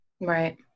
Right